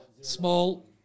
Small